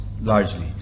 largely